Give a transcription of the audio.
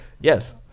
Yes